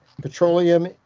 petroleum